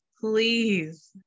Please